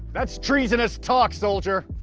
that's treasonous talk soldier!